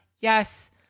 Yes